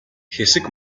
хэсэг